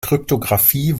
kryptographie